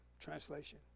translation